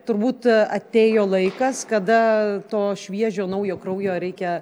turbūt atėjo laikas kada to šviežio naujo kraujo reikia